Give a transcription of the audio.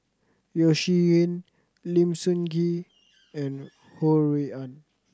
Yeo Shih Yun Lim Sun Gee and Ho Rui An